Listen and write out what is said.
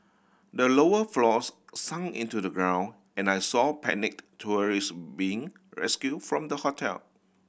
the lower floors sunk into the ground and I saw panicked tourists being rescued from the hotel